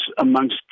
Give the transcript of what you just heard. amongst